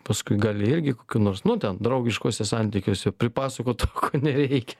paskui gali irgi kokiu nors nu ten draugiškuose santykiuose pripasakot to ko nereikia